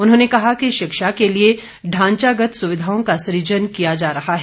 उन्होंने कहा कि शिक्षा के लिए ढांचागत सुविधाओं का सुजन किया जा रहा है